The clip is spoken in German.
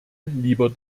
lieber